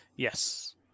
Yes